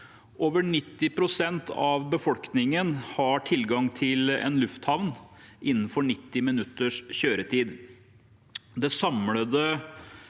Over 90 pst. av befolkningen har tilgang til en lufthavn innenfor 90 minutters kjøretid.